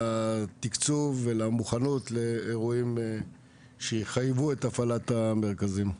לתקצוב ולמוכנות ולאירועים שיחייבו את הפעלת המרכזים.